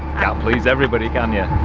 can't please everybody can ya.